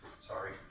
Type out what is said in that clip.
Sorry